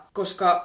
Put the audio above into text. koska